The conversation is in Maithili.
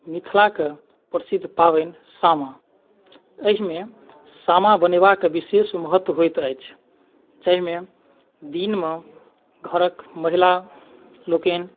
मिथिलाके प्रसिद्ध पाबनि सामा एहिमे सामा बनेबाक विशेष महत्व होइत अछि जाहिमे दिनमे घरक महिला लोकनि